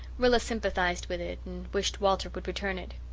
rilla sympathized with it and wished walter would return it.